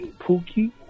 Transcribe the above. Pookie